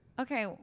Okay